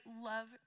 love